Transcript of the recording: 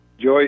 Joy